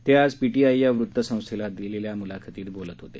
ते आज पीटीआय या वृत्तसंस्थेला दिलेल्या मुलाखतीत बोलत होते